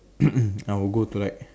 I would go to like